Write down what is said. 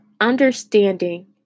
understanding